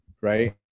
right